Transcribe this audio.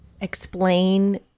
explain